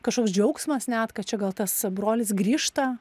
kažkoks džiaugsmas net kad čia gal tas brolis grįžta